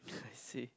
I see